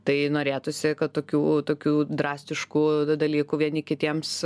tai norėtųsi kad tokių tokių drastiškų dalykų vieni kitiems